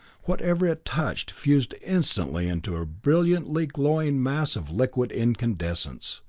whatever it touched fused instantly into a brilliantly glowing mass of liquid incandescence.